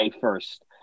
first